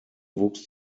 wuchs